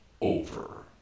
over